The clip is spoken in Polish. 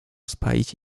spalić